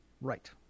right